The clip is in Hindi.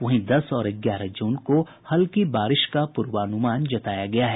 वहीं दस और ग्यारह जून को हल्की बारिश का पूर्वानुमान जताया गया है